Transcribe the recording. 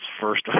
first